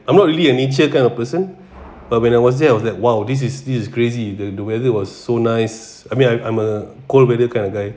I'm not really a nature kind of person uh when I was there I was like !wow! this is this is crazy the weather was so nice I mean I mean I'm a cold weather kind of guy